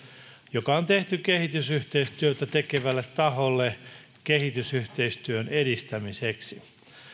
joka on tehty kehitysyhteistyötä tekevälle taholle kehitysyhteistyön edistämiseksi